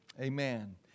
Amen